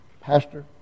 Pastor